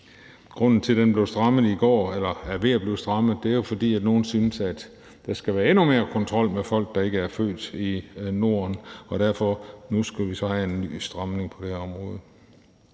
Grunden til, at det blev strammet i går – eller er ved at blive strammet – er jo, at nogle synes, at der skal være endnu mere kontrol med folk, der ikke er født i Norden, og derfor skulle vi så have en ny stramning på det her område.